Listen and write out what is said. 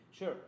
Sure